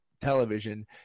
television